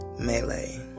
melee